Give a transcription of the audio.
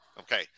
Okay